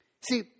See